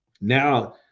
now